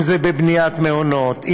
אם בבניית מעונות,